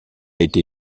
été